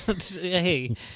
Hey